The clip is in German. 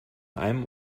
einem